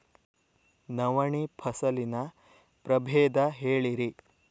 ನವಣಿ ಫಸಲಿನ ಪ್ರಭೇದ ಹೇಳಿರಿ